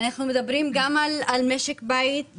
אנחנו מדברים גם על משק בית,